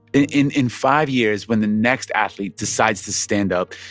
in in five years, when the next athlete decides to stand up,